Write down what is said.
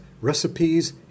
Recipes